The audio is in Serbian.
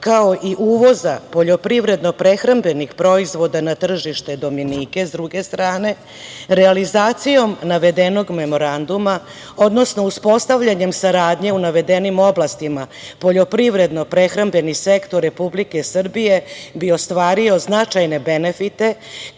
kao i uvoza poljoprivredno-prehrambenih proizvoda na tržište Dominike s druge strane, realizacijom navedenog Memoranduma, odnosno uspostavljanjem saradnje u navedenim oblastima, poljoprivredno-prehrambeni sektor Republike Srbije bi ostvario značajne benefite